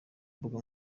mbuga